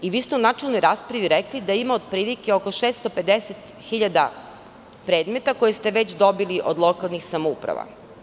Vi ste u načelnoj raspravi rekli da ima otprilike oko 650.000 predmeta koje ste već dobili od lokalnih samouprava.